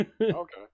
Okay